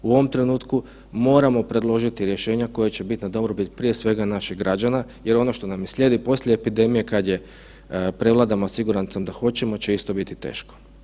U ovom trenutku moramo predložiti rješenja koja će biti na dobrobit prije svega naših građana jer ono što nam slijedi poslije epidemije kad je prevladamo, a siguran sam da hoćemo, će isto biti teško.